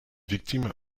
victimes